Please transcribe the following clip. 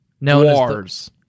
Wars